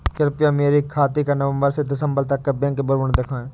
कृपया मेरे खाते का नवम्बर से दिसम्बर तक का बैंक विवरण दिखाएं?